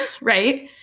right